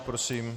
Prosím.